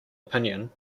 opinion